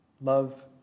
love